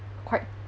quite